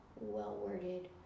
well-worded